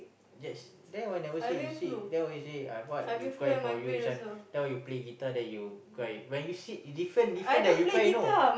that's then when never said you said then I always say I what will cry for you this one tell that you play guitar that you cry when you sit is different different that you cry you know